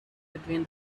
between